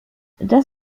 das